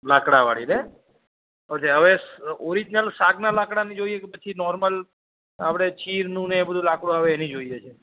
લાકડાવાળીને okay હવે original સાગના લાકડાની જોઈએ કે પછી નોર્મલ આપણે ચીરને એ બધું લાકડું આવે એની જોઈએ છે